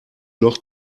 noch